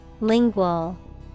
Lingual